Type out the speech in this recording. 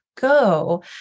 go